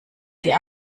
sie